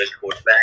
quarterback